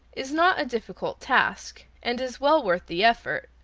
is not a difficult task, and is well worth the effort,